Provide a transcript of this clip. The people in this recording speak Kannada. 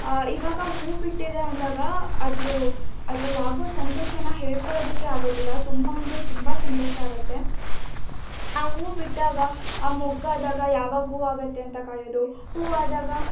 ಈವಾಗ ಹೂವು ಬಿಟ್ಟಿದೆ ಅಂದಾಗ ಅದ್ರು ಅದರಲ್ಲಾಗೋ ಸಂತೋಷನ ಹೇಳ್ಕೊಳ್ಳೋದಕ್ಕೇ ಆಗೋದಿಲ್ಲ ತುಂಬ ಅಂದರೆ ತುಂಬ ಸಂತೋಷ ಆಗತ್ತೆ ಆ ಹೂ ಬಿಟ್ಟಾಗ ಆ ಮೊಗ್ಗಾದಾಗ ಯಾವಾಗ ಹೂ ಆಗುತ್ತೆ ಅಂತ ಕಾಯೋದು ಹೂ ಆದಾಗ